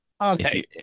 Okay